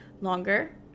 longer